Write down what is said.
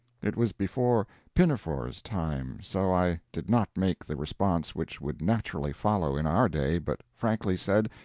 it was before pinafore's time so i did not make the response which would naturally follow in our day, but frankly said,